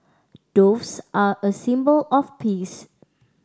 doves are a symbol of peace